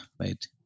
right